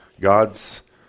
God's